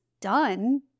done